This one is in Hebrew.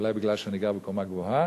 אולי מפני שאני גר בקומה גבוהה,